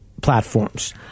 platforms